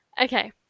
Okay